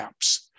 apps